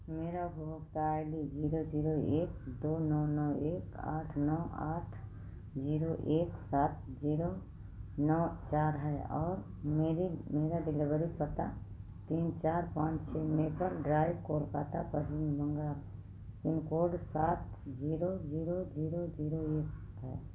मेरा उपभोक्ता I D zero zero एक दो नौ नौ एक आठ नौ आठ जीरो एक सात जीरो नौ चार है और मेरे मेरा डिलेवरी पता तीन चार पाँच छः maple drive Kolkata Paschim Bangal pin code सात जीरो जीरो जीरो जीरो एक है